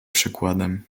przykładem